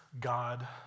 God